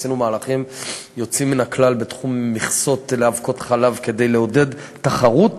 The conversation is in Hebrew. עשינו מהלכים יוצאים מן הכלל בתחום מכסות לאבקות חלב כדי לעודד תחרות